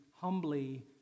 humbly